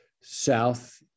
south